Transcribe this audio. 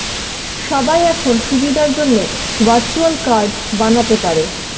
সবাই এখন সুবিধার জন্যে ভার্চুয়াল কার্ড বানাতে পারে